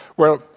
well,